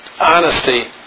honesty